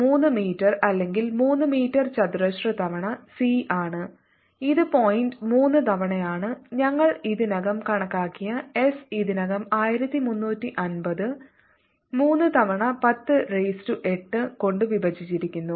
3 metre അല്ലെങ്കിൽ 3 metre ചതുരശ്ര തവണ സി ആണ് ഇത് പോയിന്റ് 3 തവണയാണ് ഞങ്ങൾ ഇതിനകം കണക്കാക്കിയ എസ് ഇതിനകം 1350 3 തവണ 10 റൈസ് ടു 8 കൊണ്ട് വിഭജിച്ചിരിക്കുന്നു